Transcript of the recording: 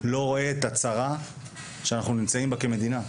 לא רואים את הצרה שאנחנו נמצאים בה כמדינה.